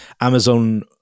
Amazon